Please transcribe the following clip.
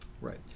Right